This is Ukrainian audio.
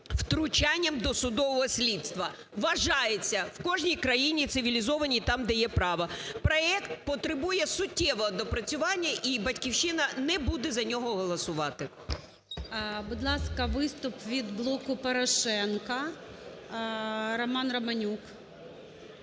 втручанням досудового слідства. Вважається в кожній країні цивілізованій там, де є право. Проект потребує суттєвого доопрацювання і "Батьківщина" не буде за нього голосувати. ГОЛОВУЮЧИЙ. Будь ласка, виступ від "Блоку Порошенка". Роман Романюк